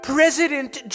President